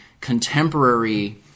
contemporary